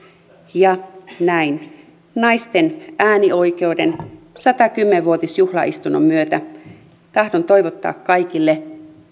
ja näin naisten äänioikeuden satakymmentä vuotisjuhlaistunnon myötä tahdon toivottaa kaikille